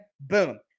boom